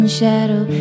shadow